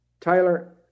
Tyler